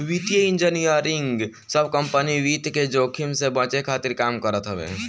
वित्तीय इंजनियरिंग सब कंपनी वित्त के जोखिम से बचे खातिर काम करत हवे